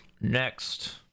Next